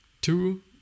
two